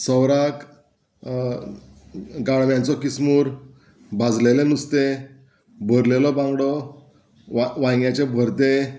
सवराक गाळव्यांचो किसमूर भाजलेलें नुस्तें बरलेलो बांगडो वा वांयग्याचें भरतें